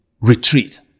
retreat